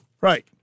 Right